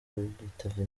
yitavye